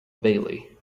bailey